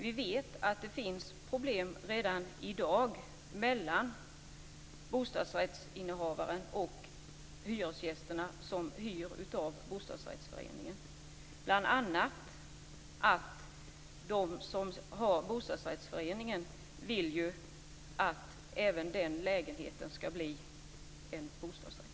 Vi vet att det redan i dag finns problem mellan bostadsrättsinnehavare och de hyresgäster som hyr av bostadsrättsföreningen. Bl.a. vill de som har bostadsrättsföreningen att även den här lägenheten skall bli en bostadsrätt.